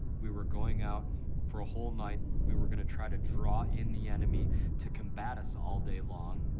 we were going out for a whole night. we were gonna try to draw in the enemy to combat us all day long.